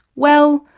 well,